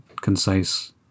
concise